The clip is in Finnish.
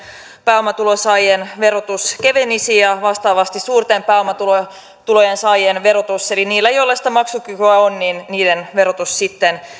pääomatulojen saajien verotus kevenisi ja vastaavasti suurten pääomatulojen saajien verotus eli niiden joilla sitä maksukykyä on verotus sitten